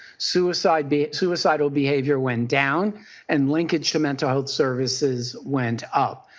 suicidal suicidal behavior went down and linkage to mental health services went up.